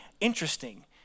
interesting